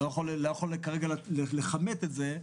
אני לא יוכל לכמת את זה כרגע,